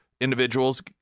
individuals